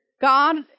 God